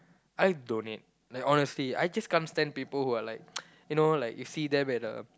I donate like honestly I just can't stand people who are like you know like you see them at a